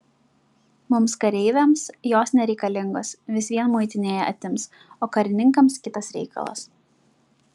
mums kareiviams jos nereikalingos vis vien muitinėje atims o karininkams kitas reikalas